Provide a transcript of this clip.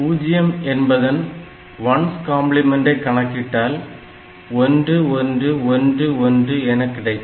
0 என்பதன் 1's கம்பிளிமெண்டை கணக்கிட்டால் 1111 என கிடைக்கும்